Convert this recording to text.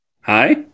Hi